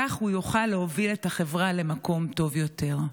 וכך הוא יוכל להוביל את החברה למקום טוב יותר".